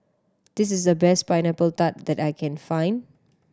this is the best Pineapple Tart that I can find